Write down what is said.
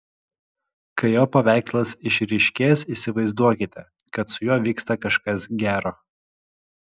kai jo paveikslas išryškės įsivaizduokite kad su juo vyksta kažkas gero